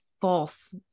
false